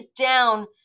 down